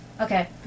Okay